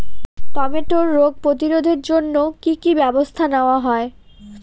টমেটোর রোগ প্রতিরোধে জন্য কি কী ব্যবস্থা নেওয়া হয়?